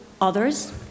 others